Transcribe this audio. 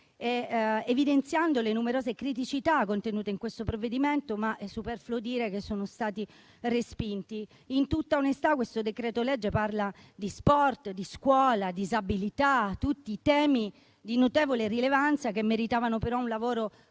evidenziando le numerose criticità contenute in questo provvedimento, ma è superfluo dire che sono stati respinti. Il decreto-legge in esame parla di sport, scuola e disabilità, tutti temi di notevole rilevanza che meritavano però un lavoro puntuale